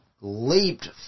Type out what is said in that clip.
leaped